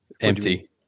empty